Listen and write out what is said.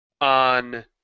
on